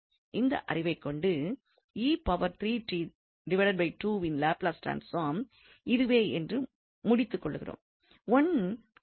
அந்த அறிவைக் கொண்டு யின் லாப்லஸ் ட்ரான்ஸ்பார்ம் இதுவே என்று முடித்துகொள்கிறோம்